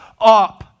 up